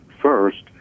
first